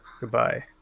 Goodbye